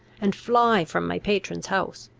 and fly from my patron's house.